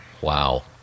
wow